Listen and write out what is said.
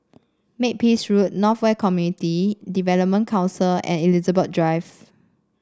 Makepeace Road North West Community Development Council and Elizabeth Drive